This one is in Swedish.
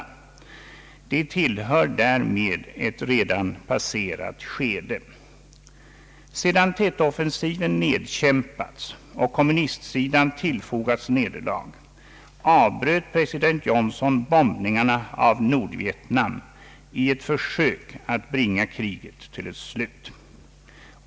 De tillhör därmed ett redan passerat skede. Sedan Tetoffensiven nedkämpats och kommunistsidan tillfogats nederlag, avbröt president Johnson bombningarna av Nordvietnam i ett försök att bringa kriget till ett slut.